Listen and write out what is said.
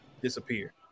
disappear